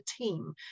team